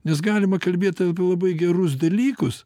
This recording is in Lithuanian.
nes galima kalbėt apie labai gerus dalykus